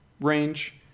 range